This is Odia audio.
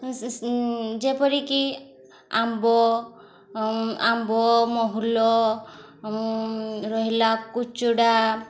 ଯେପରିକି ଆମ୍ବ ଆମ୍ବ ମହୁଲ ରହିଲା କୁଚୁଡ଼ା